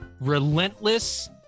relentless